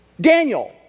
Daniel